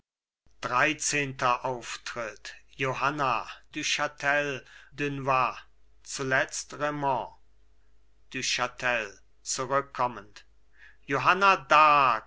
dreizehnter auftritt johanna du chatel dunois zuletzt raimond du chatel zurückkommend johanna